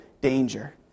danger